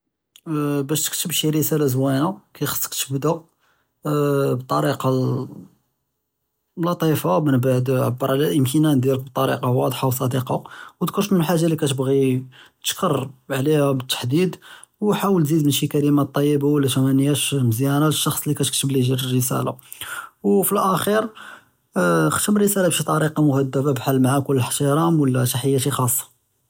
באש תכתב שי רסאלה זווינה חאצכ תבּדא בטאריקה לטיפה, מבּעד עבּר עלא אלאמתנאן דיאלק בטאריקה ואצחה וצדיקּה, ודכּר שנו אלחאג'ה לי תבּע'י תשכּר עליהא בּלתחדיד, וחאוול תזיד שי כלאמת טיבה ומזיאנה לשח'ץ לי כתכתב ליה האד אלרסאלה, ופילאכּ'ר אכתם אלרסאלה בשי טאריקה מהדבּה בחאל מע כל אִחתראם ולא תחיאתי אלח'אצ'ה.